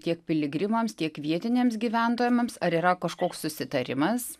tiek piligrimams tiek vietiniams gyventojams ar yra kažkoks susitarimas